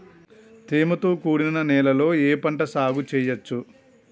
తేమతో కూడిన నేలలో ఏ పంట సాగు చేయచ్చు?